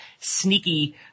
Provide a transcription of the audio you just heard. sneaky